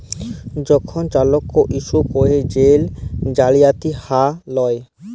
যখল cheque issue ক্যইরে জেল জালিয়াতি লা হ্যয়